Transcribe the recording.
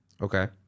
Okay